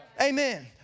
Amen